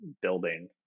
building